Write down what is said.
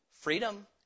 freedom